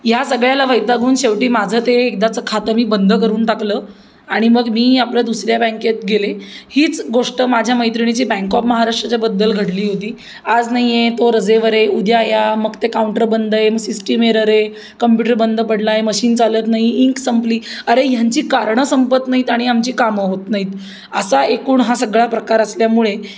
ह्या सगळ्याला वैतागून शेवटी माझं ते एकदाचं खातं मी बंद करून टाकलं आणि मग मी आपल्या दुसऱ्या बँकेत गेले हीच गोष्ट माझ्या मैत्रिणीची बँक ऑफ महाराष्ट्राच्याबद्दल घडली होती आज नाही आहे तो रजेवर आहे उद्या या मग ते काउंटर बंद आहे मग सिस्टिम एरर आहे कम्प्युटर बंद पडला आहे मशीन चालत नाही इंक संपली अरे ह्यांची कारणं संपत नाहीत आणि आमची कामं होत नाहीत असा एकूण हा सगळा प्रकार असल्यामुळे